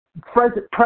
President